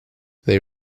they